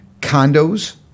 condos